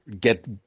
get